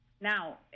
Now